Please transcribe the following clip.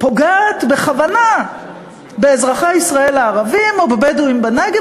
פוגעת בכוונה באזרחי ישראל הערבים או בבדואים בנגב,